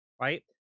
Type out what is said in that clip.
right